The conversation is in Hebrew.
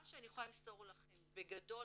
מה שאני יכולה למסור לכם בגדול,